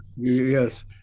Yes